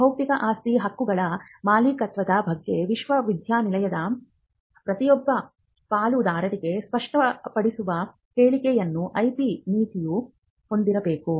ಬೌದ್ಧಿಕ ಆಸ್ತಿ ಹಕ್ಕುಗಳ ಮಾಲೀಕತ್ವದ ಬಗ್ಗೆ ವಿಶ್ವವಿದ್ಯಾಲಯದ ಪ್ರತಿಯೊಬ್ಬ ಪಾಲುದಾರರಿಗೆ ಸ್ಪಷ್ಟಪಡಿಸುವ ಹೇಳಿಕೆಯನ್ನು IP ನೀತಿಯು ಹೊಂದಿರಬೇಕು